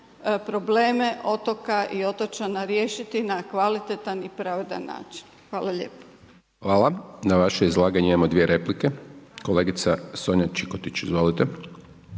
probleme otoka i otočana riješiti na kvalitetan i pravedan način. Hvala lijepo. **Hajdaš Dončić, Siniša (SDP)** Hvala. Na vaše izlaganje imamo dvije replike. Kolegica Sonja Čikotić. Izvolite.